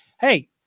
Hey